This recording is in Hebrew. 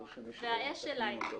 והאש אליי.